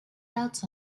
doubts